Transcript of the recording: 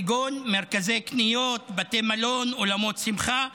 כגון מרכזי קניות, בתי מלון ואולמות שמחה,